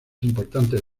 importantes